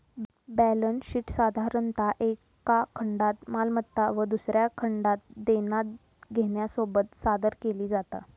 balance शीटसाधारणतः एका खंडात मालमत्ता व दुसऱ्या खंडात देना घेण्यासोबत सादर केली जाता